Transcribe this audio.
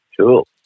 cool